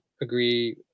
agree